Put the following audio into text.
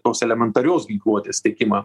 tos elementarios ginkluotės tiekimą